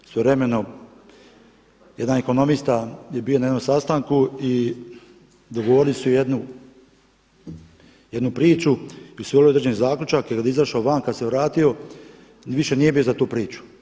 Svojevremeno jedan ekonomista je bio na jednom sastanku i dogovorili su jednu priču i usvojili određeni zaključak, jer kad je izašao van, kad se vratio, više nije bio za tu priču.